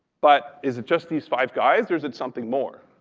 but is it just these five guys, or is it something more?